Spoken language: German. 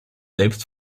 selbst